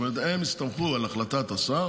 זאת אומרת, הם הסתמכו על החלטת השר,